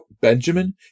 Benjamin